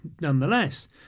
nonetheless